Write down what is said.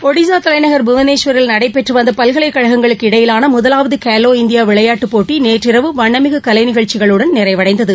ஒடிசா தலைநகர் புவனேஸ்வரில் நடைபெற்று வந்த பல்கலைக்கழகங்களுக்கு இடையிலான முதலாவது கேவோ இந்தியா விளையாட்டு போட்டி நேற்றிரவு வண்ணமிகு கலை நிகழ்ச்சிகளுடன் நிறைவடைந்தது